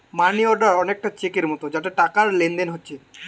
মানি order অনেকটা চেকের মতো যাতে টাকার লেনদেন হোচ্ছে